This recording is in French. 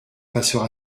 passera